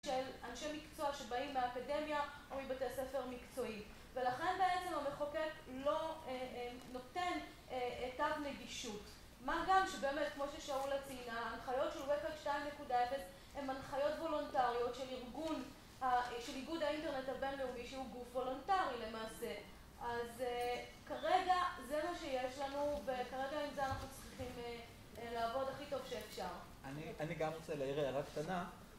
של אנשי מקצוע שבאים מהאקדמיה או מבתי ספר מקצועי. ולכן בעצם המחוקק לא נותן תו נגישות. מה גם שבאמת, כמו ששאולה ציינה, הנחיות של רקע 2.0 הן הנחיות וולונטריות של ארגון, של איגוד האינטרנט הבינלאומי שהוא גוף וולונטרי למעשה. אז כרגע זה מה שיש לנו וכרגע עם זה אנחנו צריכים לעבוד הכי טוב שאפשר. אני גם רוצה להעיר הערה קטנה.